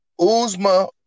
Uzma